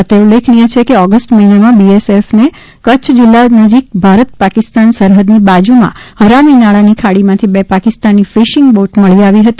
અત્રે ઉલ્લેખનીય છે કે ઓગસ્ટ મહિનામાં બીએસએફને કચ્છ જિલ્લા નજીક ભારત પાક સરહદની બાજુમાં હરામી નાળાની ખાડીમાંથી બે પાકિસ્તાની ફિશિંગ બોટ મળી આવી હતી